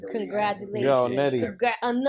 Congratulations